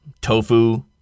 tofu